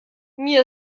mir